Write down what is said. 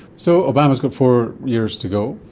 so obama has got four years to go.